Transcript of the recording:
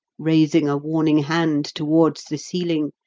raising a warning hand towards the ceiling,